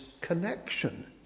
connection